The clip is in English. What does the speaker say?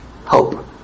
hope